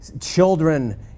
children